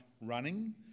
running